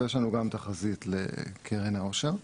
ויש לנו גם תחזית לקרן העושר,